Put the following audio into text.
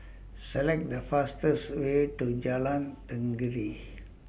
Select The fastest Way to Jalan Tenggiri